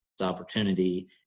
opportunity